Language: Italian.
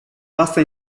vasta